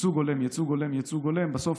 ייצוג הולם, ייצוג הולם, ייצוג הולם, בסוף,